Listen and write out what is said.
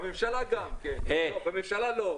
בממשלה לא.